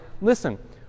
listen